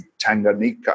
Tanganyika